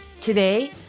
Today